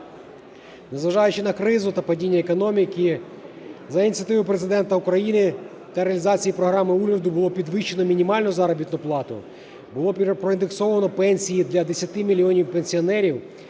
Незважаючи на кризу та падіння економіки, за ініціативою Президента України та реалізації Програми уряду було підвищено мінімальну заробітну плату. Було проіндексовано пенсії для 10 мільйонів пенсіонерів,